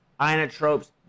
inotropes